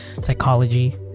psychology